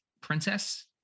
princess